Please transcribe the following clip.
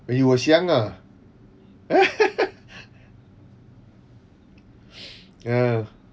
when you was younger ah uh